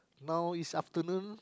now is afternoon